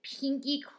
pinky